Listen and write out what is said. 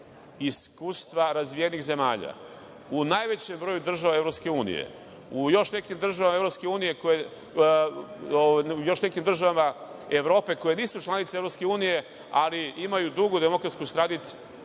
iskustva razvijenih zemalja, u najvećem broju država EU, u još nekim državama Evrope koje nisu članice EU, ali imaju dugu demokratsku tradiciju